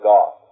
God